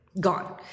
Gone